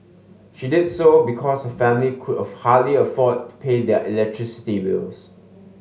she did so because her family could hardly afford pay their electricity bills